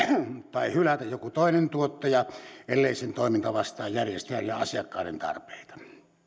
tai hylätä joku toinen tuottaja ellei sen toiminta vastaa järjestäjien ja asiakkaiden tarpeita